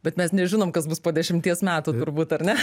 bet mes nežinom kas bus po dešimties metų turbūt ar ne